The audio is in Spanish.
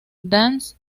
dance